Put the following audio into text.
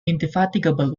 indefatigable